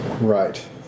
Right